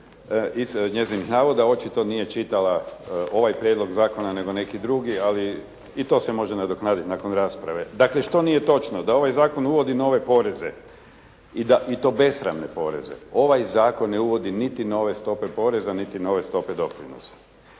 iz njezinih navoda. Očito nije čitala ovaj prijedlog zakona nego neki drugi, ali i to se može nadoknaditi nakon rasprave. Dakle što nije točno? Da ovaj zakon uvodi nove poreze i da, i to besramne poreze. Ovaj zakon ne uvodi niti nove stope poreza niti nove stope doprinosa.